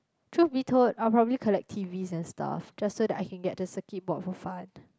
truth be told I will probably collect t_vs and stuff just so that I can get the circuit board for fun